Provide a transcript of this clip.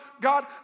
God